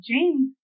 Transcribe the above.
James